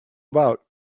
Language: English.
about